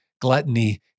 gluttony